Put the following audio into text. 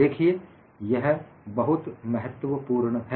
देखिए यह बहुत महत्वपूर्ण है